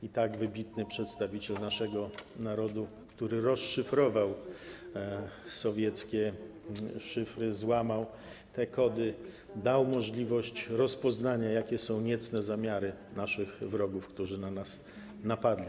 I tak wybitny przedstawiciel naszego narodu, który rozszyfrował sowieckie szyfry, złamał te kody, dał możliwość rozpoznania, jak niecne są zamiary naszych wrogów, którzy na nas napadli.